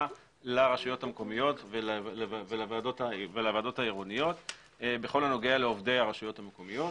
לרשויות המקומיות ולוועדות העירוניות בכל הנוגע לעובדי הרשויות המקומיות.